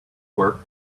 work